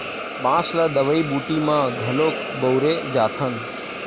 बांस ल दवई बूटी म घलोक बउरे जाथन